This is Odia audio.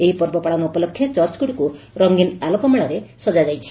ଏହି ପର୍ବ ପାଳନ ଉପଲକ୍ଷେ ଚର୍ଚଗୁଡ଼ିକୁ ରଙ୍ଗୀନ ଆଲୋକମାଳାରେ ସଜା ଯାଇଛି